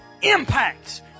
impacts